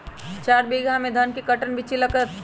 चार बीघा में धन के कर्टन बिच्ची लगतै?